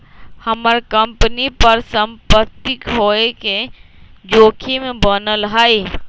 हम्मर कंपनी पर सम्पत्ति खोये के जोखिम बनल हई